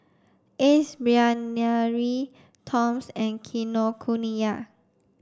Ace Brainery Toms and Kinokuniya